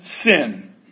sin